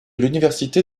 l’université